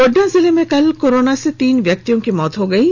गोड्डा जिले में कल कोरोना से तीन व्यक्तियों की मौत हो गई है